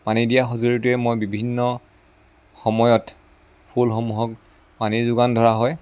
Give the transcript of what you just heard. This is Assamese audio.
পানী দিয়া সঁজুলিটোৰে মই বিভিন্ন সময়ত ফুলসমূহক পানী যোগান ধৰা হয়